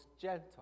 gentle